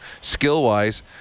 skill-wise